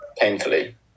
painfully